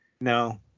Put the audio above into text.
No